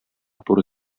туры